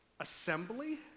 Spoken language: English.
Assembly